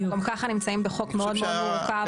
אנחנו גם ככה נמצאים בחוק מאוד מאוד מורכב.